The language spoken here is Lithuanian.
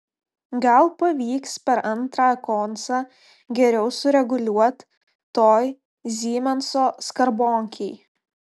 gal pavyks per antrą koncą geriau sureguliuot toj zymenso skarbonkėj